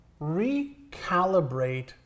recalibrate